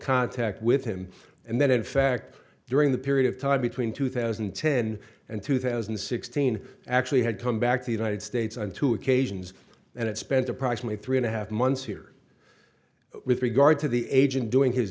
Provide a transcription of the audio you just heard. contact with him and that in fact during the period of time between two thousand and ten and two thousand and sixteen actually had come back to the united states on two occasions and it spent approximately three and a half months here with regard to the agent doing his